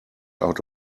out